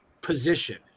position